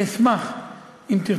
אני אשמח אם תעביר אלי,